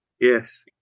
Yes